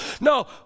No